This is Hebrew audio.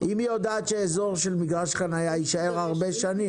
אם היא יודעת שאזור של מגרש חנייה יישאר הרבה שנים.